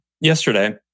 yesterday